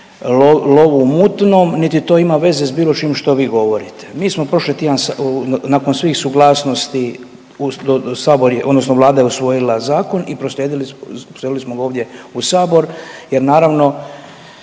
lovu u mutnom, niti to ima veze s bilo čim što vi govorite. Mi smo prošli tjedan nakon svih suglasnosti, sabor je odnosno Vlada je usvojila zakon i proslijedili smo ga ovdje u sabor jer naravno